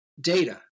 data